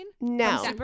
No